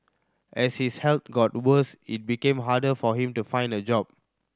as his health got worse it became harder for him to find a job